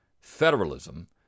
federalism